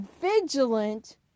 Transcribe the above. vigilant